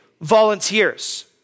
volunteers